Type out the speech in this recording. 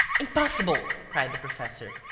impossible! cried the professor.